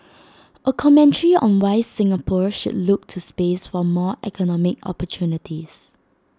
A commentary on why Singapore should look to space for more economic opportunities